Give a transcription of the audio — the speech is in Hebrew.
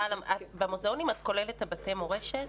במוזיאונים את כוללת את בתי המורשת?